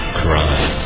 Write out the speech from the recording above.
crime